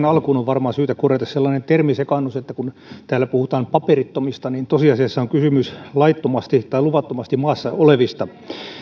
alkuun on varmaan syytä korjata sellainen termisekaannus että kun täällä puhutaan paperittomista niin tosiasiassa on kysymys laittomasti tai luvattomasti maassa olevista